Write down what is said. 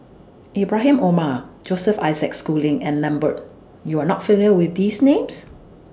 Ibrahim Omar Joseph Isaac Schooling and Lambert YOU Are not familiar with These Names